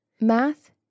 math